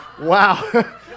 Wow